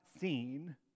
seen